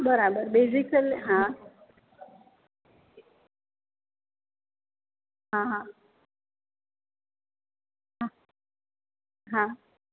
બરાબર બેઝિક છે હા હા હા હા હા